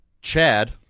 Chad